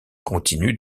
continue